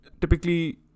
Typically